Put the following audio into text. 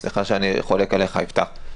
סליחה שאני חולק עליך, יפתח.